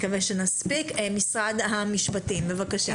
משרד המשפטים, בבקשה.